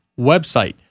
website